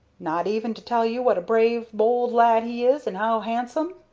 not even to tell you what a brave, bowld lad he is, and how handsome?